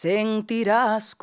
Sentirás